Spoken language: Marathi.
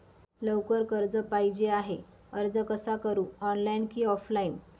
लवकर कर्ज पाहिजे आहे अर्ज कसा करु ऑनलाइन कि ऑफलाइन?